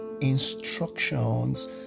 instructions